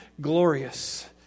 glorious